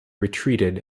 retreated